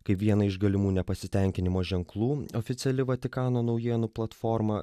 kaip vieną iš galimų nepasitenkinimo ženklų oficiali vatikano naujienų platforma